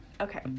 okay